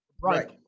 Right